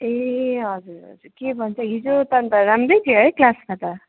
ए हजुर हजुर के भन्छ हिजो त अनि त राम्रै थियो है क्लासमा त